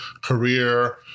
career